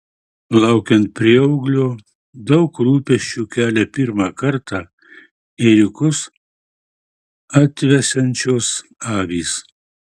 laukiant prieauglio daug rūpesčių kelia pirmą kartą ėriukus atvesiančios avys